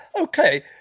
okay